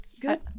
Good